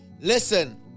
Listen